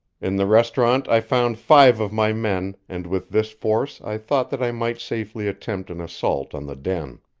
in the restaurant i found five of my men, and with this force i thought that i might safely attempt an assault on the den.